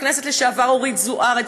לחברת הכנסת לשעבר אורית זוארץ,